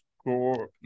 score